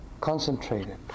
concentrated